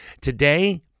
Today